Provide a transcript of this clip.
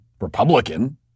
Republican